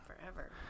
forever